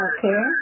Okay